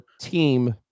team